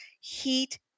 heat